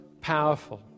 powerful